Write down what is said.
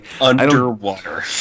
Underwater